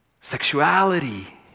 Sexuality